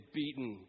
beaten